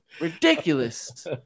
Ridiculous